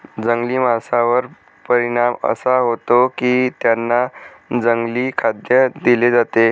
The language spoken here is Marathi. जंगली माशांवर परिणाम असा होतो की त्यांना जंगली खाद्य दिले जाते